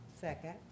second